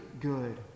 good